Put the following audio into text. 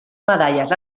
medalles